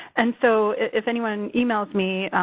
and so, if anyone emails me,